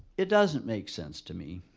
it doesn't make sense to me.